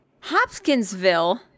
Hopkinsville